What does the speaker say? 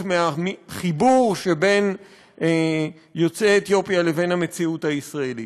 מהחיבור שבין יוצאי אתיופיה לבין המציאות הישראלית.